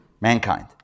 mankind